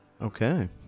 okay